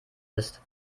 ist